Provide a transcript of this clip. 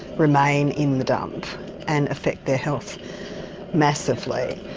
remain in the dump and affect their health massively.